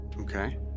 Okay